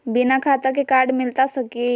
बिना खाता के कार्ड मिलता सकी?